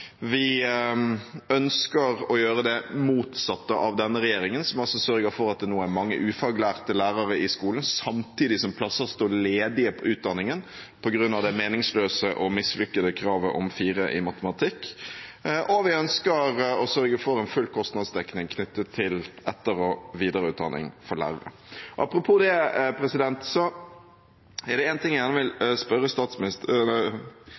Vi ønsker å gjøre det motsatte av det denne regjeringen gjør, som altså sørger for at det nå er mange ufaglærte lærere i skolen, samtidig som plasser står ledige på utdanningen på grunn av det meningsløse og mislykkede karakterkravet om 4 i matematikk. Og vi ønsker å sørge for en full kostnadsdekning knyttet til etter- og videreutdanning for lærere. Apropos dette er det en ting jeg gjerne vil